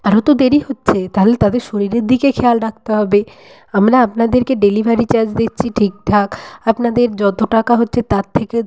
তাদের তো দেরি হচ্ছে তাহলে তাদের শরীরের দিকে খেয়াল রাখতে হবে আমরা আপনাদেরকে ডেলিভারি চার্জ দিচ্ছি ঠিকঠাক আপনাদের যত টাকা হচ্ছে তার থেকে